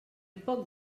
poc